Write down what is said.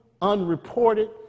unreported